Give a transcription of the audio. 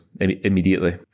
immediately